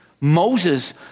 Moses